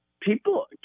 People